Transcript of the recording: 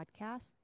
podcast